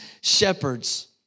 shepherds